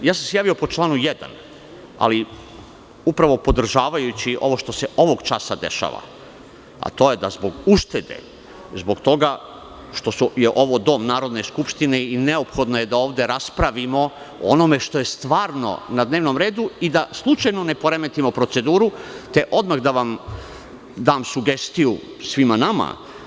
Javio sam se po članu 1. podržavajući ovo što se ovog časa dešava, a to je da zbog uštede, zbog toga što je ovo Dom Narodne skupštine i neophodno je da ovde raspravimo o onome što je stvarno na dnevnom redu i da slučajno poremetimo proceduru, te odmah da dam sugestiju svima nama.